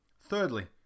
Thirdly